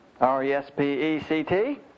R-E-S-P-E-C-T